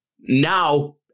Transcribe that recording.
now